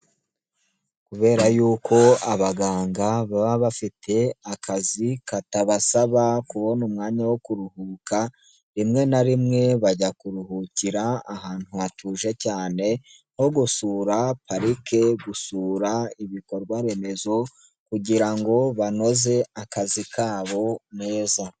Kubera yuko abaganga baba bafite akazi katabasaba kubona umwanya wo kuruhuka, rimwe na rimwe bajya kuruhukira ahantu hatuje cyane, nko gusura parike, gusura ibikorwa remezo, kugira ngo banoze akazi kabo neza.